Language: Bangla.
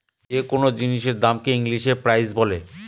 যে কোনো জিনিসের দামকে হ ইংলিশে প্রাইস বলে